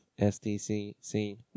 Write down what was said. SDCC